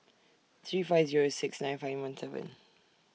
three five Zero six nine five one seven